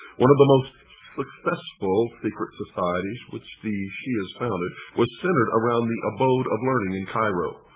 one of the most successful secret societies which the shiahs founded was centered around the abode of learning in cairo,